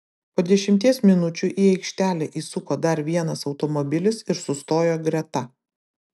po dešimties minučių į aikštelę įsuko dar vienas automobilis ir sustojo greta